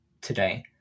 today